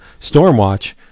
Stormwatch